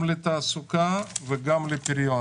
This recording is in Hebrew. אנחנו מקווים שגם פה תהיה תשובה גם לתעסוקה וגם לפריון.